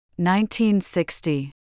1960